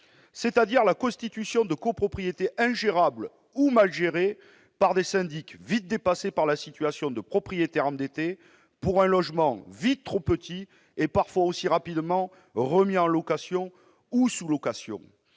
c'est-à-dire dire la constitution de copropriétés ingérables ou mal gérées par des syndics vite dépassés par la situation de « propriétaires » endettés pour un logement vite trop petit et parfois aussi rapidement remis en location ou sous-location.